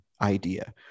idea